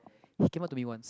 he came up to me once